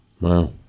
wow